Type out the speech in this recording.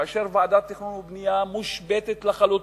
כאשר ועדת תכנון ובנייה מושבתת לחלוטין,